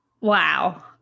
Wow